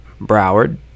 Broward